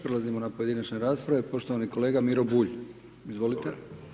Prelazimo na pojedinačne rasprave, poštovani kolega Miro Bulj, izvolite.